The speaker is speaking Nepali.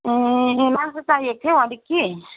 ए मासु चाहिएको थियो हौ अलिक कि